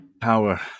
power